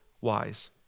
wise